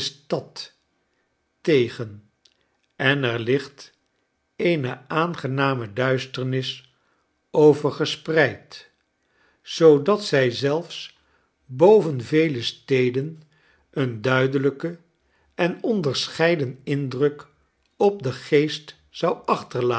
stad tegen en er ligt eene aangename duisternis over gespreid zoodat zij zelfs boven vele steden een duidelijken en onderscheiden indruk op den geest zou achterlaten